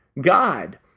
God